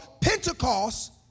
Pentecost